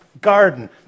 garden